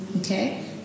Okay